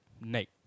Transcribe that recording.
Nate